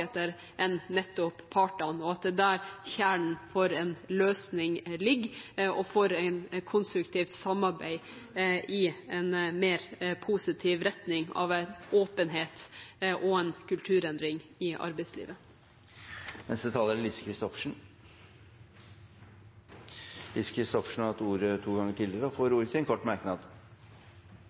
nettopp partene, og at det er der kjernen for en løsning ligger – og for et konstruktivt samarbeid i en mer positiv retning, mot åpenhet og en kulturendring i arbeidslivet. Lise Christoffersen har hatt ordet to ganger tidligere og får ordet til en kort merknad,